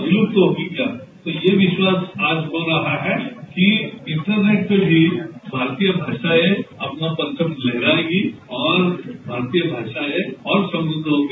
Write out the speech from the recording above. विल्रप्त होगी क्या तो यह विश्वास आज हो रहा है कि इंटरनेट पर भी भारतीय भाषाएं अपना परचम लहराएंगी और भारतीय भाषाएं और समृद्ध होंगी